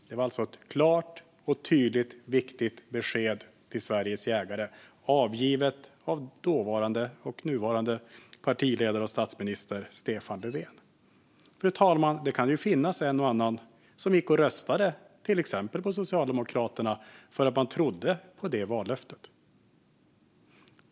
Det var ett tydligt och viktigt besked till Sveriges jägare avgivet att dåvarande och nuvarande partiledare statsminister Stefan Löfven. Fru talman! Det kan ju finnas en och annan som gick och röstade på Socialdemokraterna för att man trodde på det vallöftet.